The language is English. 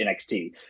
NXT